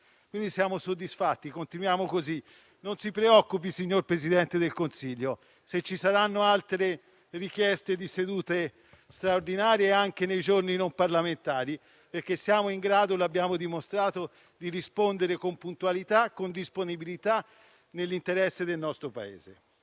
italiano. Siamo soddisfatti, continuiamo così. Non si preoccupi, signor Presidente del Consiglio, se ci saranno altre richieste di sedute straordinarie, anche nei giorni non parlamentari, perché siamo in grado - l'abbiamo dimostrato - di rispondere con puntualità e con disponibilità, nell'interesse del nostro Paese.